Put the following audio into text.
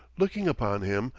looking upon him,